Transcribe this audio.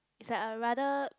it's like a rather